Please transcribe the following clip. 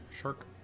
shark